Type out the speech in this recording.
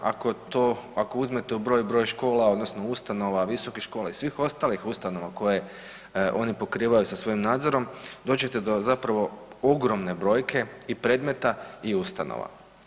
Ako uzmete u broj broj škola, odnosno ustanova, visokih škola i svih ostalih ustanova koje oni pokrivaju sa svojim nadzorom doći ćete do zapravo ogromne brojke i predmeta i ustanova.